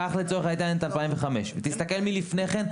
קח לצורך העניין את שנת 2005 ותסתכל מלפני כן,